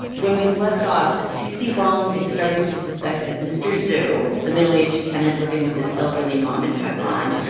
when we left off, cc wang is starting to suspect that mr. zhu, the middle-aged tenant living with his elderly mom in taiwan,